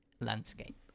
landscape